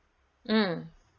mm